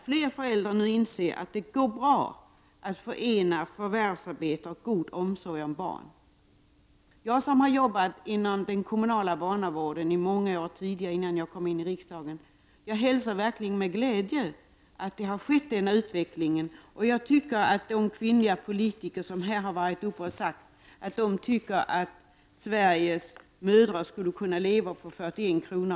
Fler föräldrar inser också att det går bra att förena förvärvsarbete och god omsorg om barn. Jag, som tidigare har arbetat inom den kommunala barnavården i många år innan jag kom in i riksdagen, hälsar verkligen med glädje att denna utveckling har skett. Jag tycker att de kvinnliga politiker som har varit uppe här och sagt att de tycker att Sveriges mödrar skulle kunna leva på 41 kr.